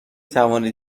توانید